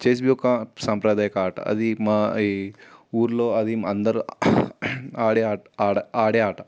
chess ఒక సాంప్రదాయక ఆట అది మా ఈ ఊళ్ళో అది అందరు ఆడే ఆట ఆడే ఆట